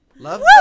Love